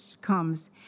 comes